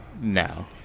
No